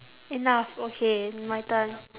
enough okay my turn